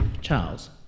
Charles